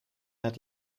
het